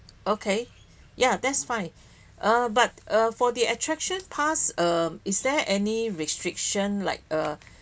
okay ya that's fine uh but uh for the attraction pass is uh there any restriction like uh